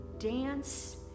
Dance